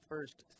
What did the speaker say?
first